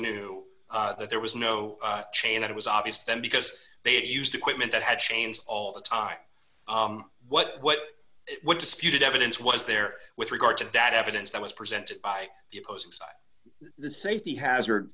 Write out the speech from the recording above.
knew that there was no chain it was obvious to them because they had used equipment that had chains all the time what what what disputed evidence was there with regard to that evidence that was presented by the opposing side the safety hazard